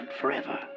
forever